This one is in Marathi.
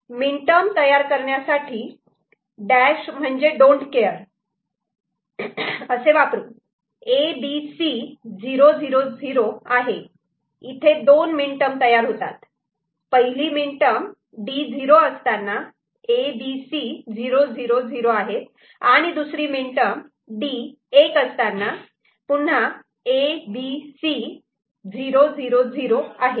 मीनटर्म तयार करण्यासाठी डॅश म्हणजे don't care don't care A B C 0 0 0 आहे इथे दोन मीनटर्म तयार होतात पहिली मीनटर्म D '0' असताना A B C 0 0 0 आहेत आणि दुसरी मीनटर्म D '1' असताना पुन्हा A B C 0 0 0 आहेत